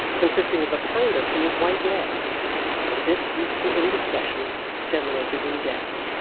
consisting of a pound or two of white lead and this youthful indiscretion terminated in death.